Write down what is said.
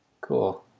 Cool